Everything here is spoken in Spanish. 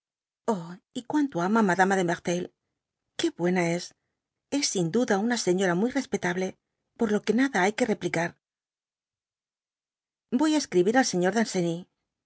y cuanto amo á mada ma de merteuil que isuena es si es sin duda una señora muy respetable por lo que nada hay que replicar voy á escribir al señor